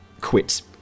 quit